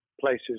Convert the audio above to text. places